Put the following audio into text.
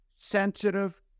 sensitive